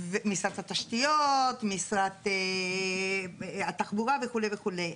משרד התשתיות, משרד התחבורה וכולה וכולה.